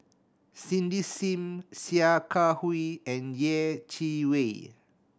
Cindy Sim Sia Kah Hui and Yeh Chi Wei